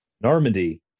Normandy